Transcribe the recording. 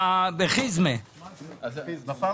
בפעם